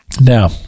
Now